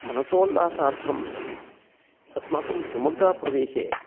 मनसोल्लासार्थम् अस्माकं शिव्मोग्गाप्रदेशे